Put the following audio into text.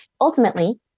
Ultimately